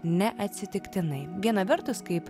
neatsitiktinai viena vertus kaip